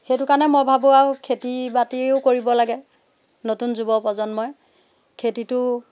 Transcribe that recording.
সেইটো কাৰণে মই ভাবো আৰু খেতি বাতিও কৰিব লাগে নতুন যুৱ প্ৰজন্মই খেতিটো